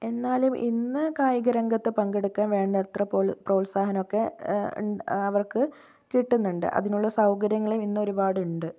എന്നാലും ഇന്ന് കായിക രംഗത്ത് പങ്കെടുക്കാൻ വേണ്ടത്ര പോ പ്രോത്സാഹനമൊക്കെ അവർക്ക് കിട്ടുന്നുണ്ട് അതിനുള്ള സൗകര്യങ്ങളും ഇന്നൊരുപാട് ഉണ്ട്